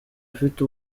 ufite